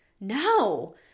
No